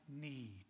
need